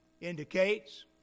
indicates